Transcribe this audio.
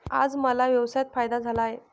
आज मला व्यवसायात फायदा झाला आहे